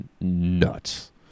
nuts